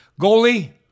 Goalie